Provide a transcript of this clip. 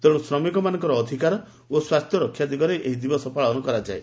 ତେଶୁ ଶ୍ରମିକମାନଙ୍କ ଅଧିକାର ଓ ସ୍ୱାସ୍ଥ୍ୟ ରକ୍ଷା ଦିଗରେ ଏହି ଦିବସ ପାଳନ କରାଯାଏ